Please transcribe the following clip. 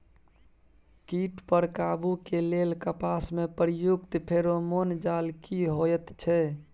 कीट पर काबू के लेल कपास में प्रयुक्त फेरोमोन जाल की होयत छै?